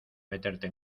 meterte